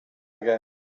again